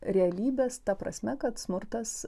realybės ta prasme kad smurtas